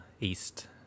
east